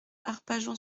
arpajon